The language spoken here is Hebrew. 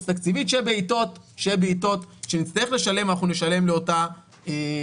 תקציבית שבעתות שנצטרך לשלם אנחנו נשלם לאותה קרן.